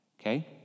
okay